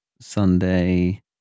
Sunday